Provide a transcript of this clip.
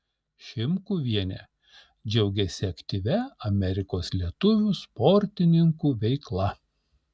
šimkuvienė džiaugiasi aktyvia amerikos lietuvių sportininkų veikla